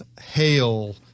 hail